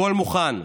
הכול מוכן.